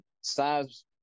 size